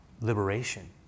liberation